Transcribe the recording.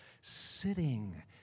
sitting